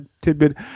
tidbit